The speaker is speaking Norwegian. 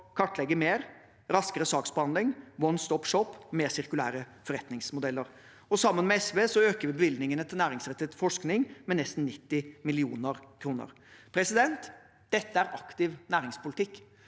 kartlegge mer og få raskere saksbehandling, «one-stop shop» og mer sirkulære forretningsmodeller. Sammen med SV øker vi bevilgningene til næringsrettet forskning med nesten 90 mill. kr. Dette er aktiv næringspolitikk.